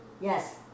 Yes